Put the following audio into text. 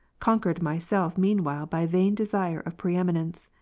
conquered myself meanwhile by vain desire of preeminence.